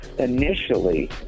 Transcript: Initially